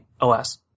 OS